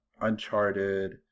uncharted